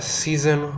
season